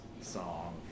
song